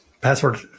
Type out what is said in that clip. Password